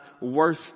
worth